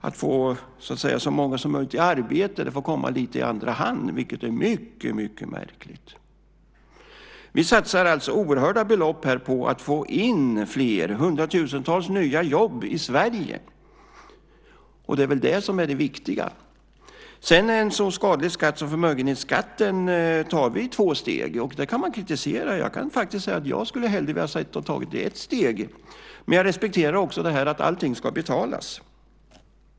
Att få så många som möjligt i arbete får komma lite i andra hand, vilket är mycket märkligt. Vi satsar alltså oerhörda belopp på att få in fler, hundratusentals nya jobb i Sverige. Det är väl det som är det viktiga. En sådan skadlig skatt som förmögenhetsskatten tar vi i två steg. Det kan man kritisera. Jag kan faktiskt säga att jag hellre hade velat ta det i ett steg. Men jag respekterar också att allting ska betalas.